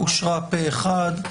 אושרה פה אחד.